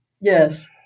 yes